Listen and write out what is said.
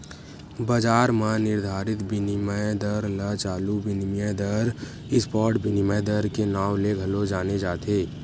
बजार म निरधारित बिनिमय दर ल चालू बिनिमय दर, स्पॉट बिनिमय दर के नांव ले घलो जाने जाथे